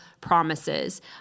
promises